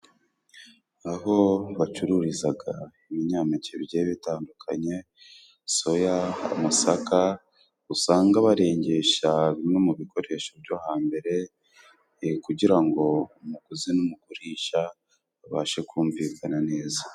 Aho bacururizaga ibinyampeke bigiye bitandukanye soya ,amasaka usanga barengesha bimwe mu bikoresho byo hambere e kugira ngo umuguzi n'umugurisha babashe kumvikana neza.